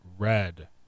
Red